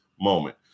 moment